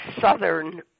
southern